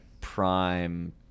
prime